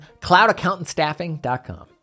cloudaccountantstaffing.com